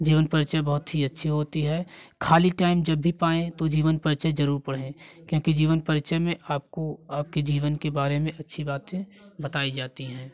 जीवन परिचय बहुत ही अच्छी होती है खाली टाइम जब भी पाएं तो जीवन परिचय जरुर पढ़ें क्योंकि जीवन परिचय में आपको आपके जीवन के बारे में अच्छी बातें बताई जाती है